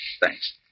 Thanks